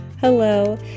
Hello